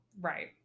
right